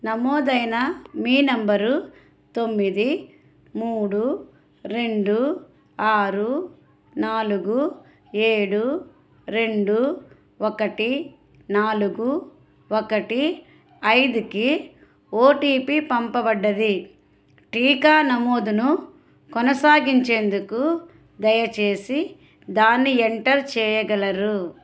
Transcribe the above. నమోదైన మీ నంబరు తొమ్మిది మూడు రెండు ఆరు నాలుగు ఏడు రెండు ఒకటి నాలుగు ఒకటి ఐదుకి ఓటిపి పంపబడింది టీకా నమోదును కొనసాగించేందుకు దయచేసి దాన్ని ఎంటర్ చెయ్యగలరు